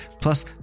plus